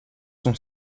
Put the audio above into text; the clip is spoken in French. son